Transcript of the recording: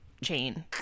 chain